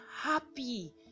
happy